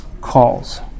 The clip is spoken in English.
calls